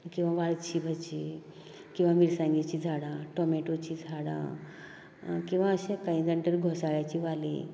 किंवां वाळची भाजी किंवां मिरसांगेची झाडां टोमोटोची झाडां किंवां अशें कांय जाण तर घोसाळेची वाली